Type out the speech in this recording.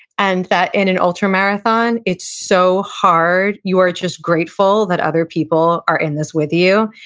and that in an ultramarathon, it's so hard you are just grateful that other people are in this with you,